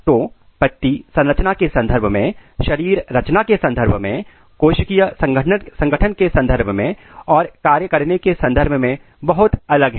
तो पत्ती संरचना के संदर्भ में शरीर रचना के संदर्भ में कोशिकीय संगठन के संदर्भ में और कार्य करने के के संदर्भ में बहुत अलग है